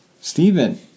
Stephen